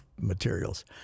materials